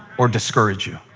or discourage you.